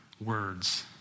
words